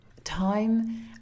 time